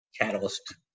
catalyst